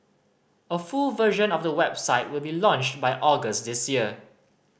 a full version of the website will be launched by August this year